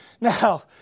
now